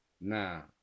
Now